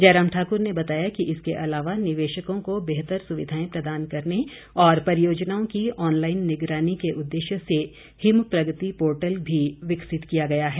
जयराम ठाकुर ने बताया कि इस अलावा निवेशकों को बेहतर सुविधाएं प्रदान करने और परियोजनाओं की ऑनलाईन निगरानी के उद्देश्य से हिम प्रगति पोर्टल भी विकसित किया गया है